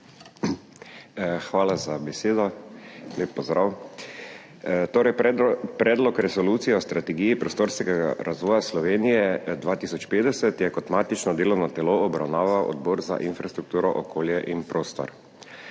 Hvala za besedo. Lep pozdrav! Predlog resolucije o strategiji prostorskega razvoja Slovenije 2050 je kot matično delovno telo obravnaval Odbor za infrastrukturo, okolje in prostor.